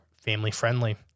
family-friendly